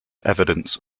evidence